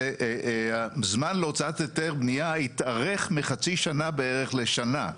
זה זמן להוצאת היתר בניה התארך מחצי שנה בערך לשנה.